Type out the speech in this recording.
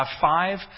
five